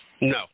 No